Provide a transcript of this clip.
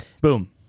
Boom